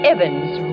Evans